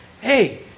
Hey